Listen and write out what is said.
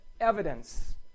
evidence